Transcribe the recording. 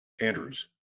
Andrews